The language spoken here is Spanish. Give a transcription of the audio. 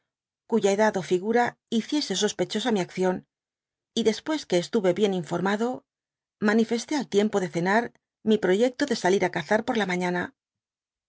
cuya edad ó figura hiciese sospechosa mi acción j después que estuve bien informado manifesté al tiempo de cenar mi proyecto de salir á cazar por la mañana